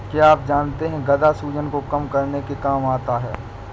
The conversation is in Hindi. क्या आप जानते है गदा सूजन को कम करने के काम भी आता है?